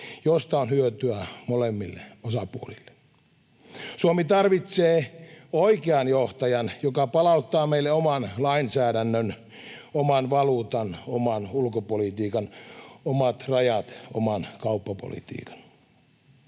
mistä on hyötyä molemmille osapuolille. Suomi tarvitsee oikean johtajan, joka palauttaa meille oman lainsäädännön, oman valuutan, oman ulkopolitiikan, omat rajat, oman kauppapolitiikan.